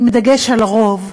עם דגש על רוב,